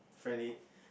friendly